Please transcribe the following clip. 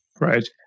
Right